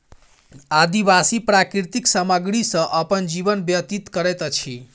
आदिवासी प्राकृतिक सामग्री सॅ अपन जीवन व्यतीत करैत अछि